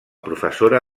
professora